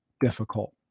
difficult